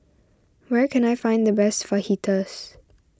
where can I find the best Fajitas